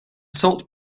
salt